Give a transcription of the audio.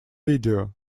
video